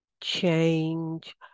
change